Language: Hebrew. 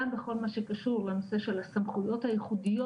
גם בכל מה שקשור לנושא של הסמכויות הייחודיות